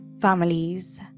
families